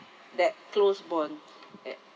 that close bond at